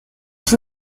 ich